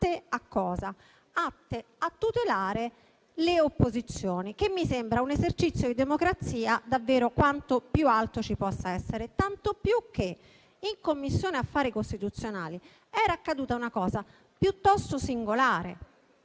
a tutelare le opposizioni. E ciò mi sembra un esercizio di democrazia davvero quanto più alto ci possa essere, tanto più che in Commissione affari costituzionali era accaduta una cosa piuttosto singolare.